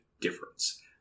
difference